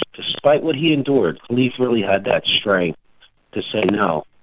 but despite what he endured, kalief really had that strength to say no,